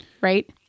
Right